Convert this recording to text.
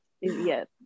yes